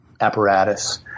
apparatus